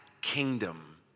kingdom